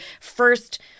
first